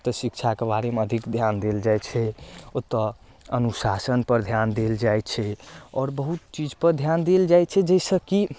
तऽ शिक्षाके बारेमे अधिक ध्यान देल जाइ छै ओतऽ अनुशासनपर ध्यान देल जाइ छै आओर बहुत चीजपर ध्यान देल जाइ छै जाहिसँ की